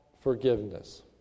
forgiveness